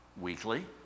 weekly